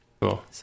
Cool